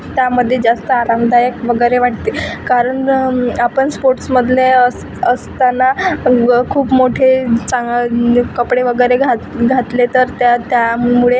त्यामध्ये जास्त आरामदायक वगैरे वाटते कारण आपण स्पोट्समधले अस असताना व खूप मोठे कपडे वगैरे घात घातले तर त्या त्यामुळे